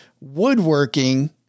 woodworking